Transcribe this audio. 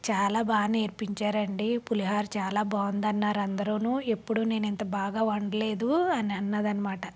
చాలా బాగా నేర్పించారు అండి పులిహార చాలా బాగుందన్నారు అందరూను ఎప్పుడూ నేను ఇంత బాగా వండలేదు అని అన్నది అనమాట